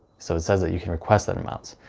so it says that you can request that amount.